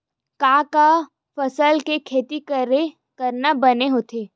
का का फसल के खेती करना बने होथे?